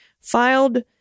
filed